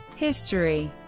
history